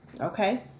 okay